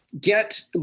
get